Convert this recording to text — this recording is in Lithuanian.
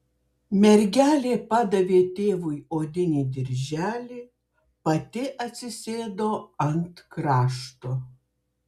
mergelė padavė tėvui odinį dirželį pati atsisėdo ant krašto